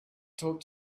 talk